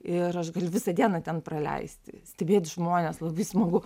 ir aš galiu visą dieną ten praleisti stebėti žmones labai smagu